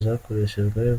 zakoreshejwe